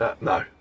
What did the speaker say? No